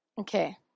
Okay